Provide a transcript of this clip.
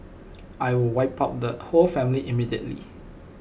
I will wipe out the whole family immediately